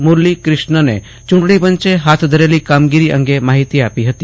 મુરલી ક્રિષ્નને ચૂંટણી પંચે હાથ ધરેલી કામગીરી અંગે માહિતી આપી હતી